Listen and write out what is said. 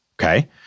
Okay